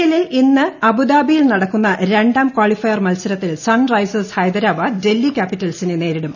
എല്ലിൽ ഇന്ന് അബുദാബിയിൽ നടക്കുന്ന രാം കാളിഫെയർ മത്സരത്തിൽ സൺ റൈസേഴ്സ് ഹൈദരാബാദ് ഡൽഹി ക്യാപിറ്റൽസിനെ നേരിടും